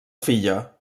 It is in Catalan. filla